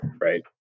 Right